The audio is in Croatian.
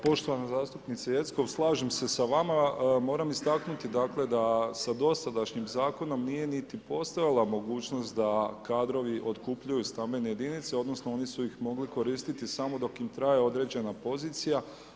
Poštovana kolegice zastupnice Jeckov slažem se sa vama, moram istaknuti dakle da sa dosadašnjim zakonom nije niti postojala mogućnost da kadrovi otkupljuju stambene jedinice, odnosno oni su ih mogli koristiti samo dok im traje određena pozicija.